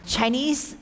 Chinese